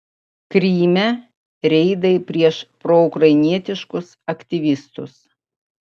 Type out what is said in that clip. kryme reidai prieš proukrainietiškus aktyvistus